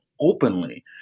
openly